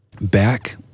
back